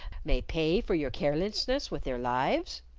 may pay for your carelessness with their lives.